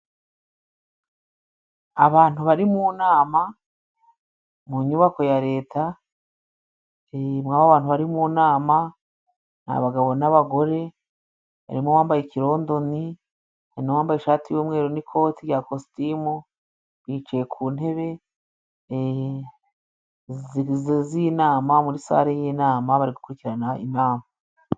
Abantu bari mu nama mu nyubako ya leta. Mw'abo bantu bari mu nama ni abagabo n'abagore, barimo uwambaye ikirondoni n'u wambaye ishati y'umweru n'ikoti rya kositimu, bicaye ku ntebe z'inama muri sale y'inama bari gukurikirana inama.